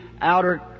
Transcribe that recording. outer